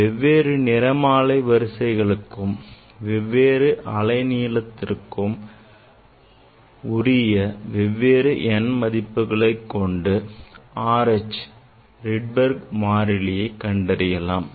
வெவ்வேறு நிறமாலை வரிகளுக்கும் வெவ்வேறு அலை நீளத்திற்கும் உரிய வெவ்வேறு n மதிப்புகளை கொண்டு R H Rydberg மாறிலியை கண்டறியலாம்